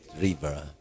river